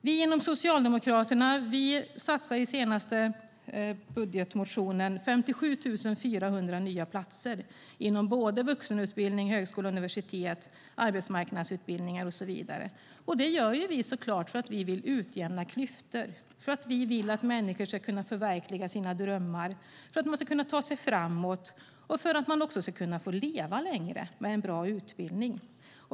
Vi inom Socialdemokraterna satsar i den senaste budgetmotionen 57 400 nya platser inom vuxenutbildning, högskola och universitet, arbetsmarknadsutbildningar och så vidare. Det gör vi så klart för att vi vill utjämna klyftor. Vi vill att människor ska kunna förverkliga sina drömmar, ta sig framåt och också leva längre med en bra utbildning.